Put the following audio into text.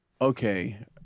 Okay